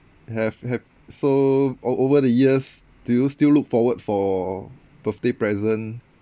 have have so o~ over the years do you still look forward for birthday present